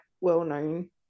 well-known